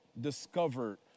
discovered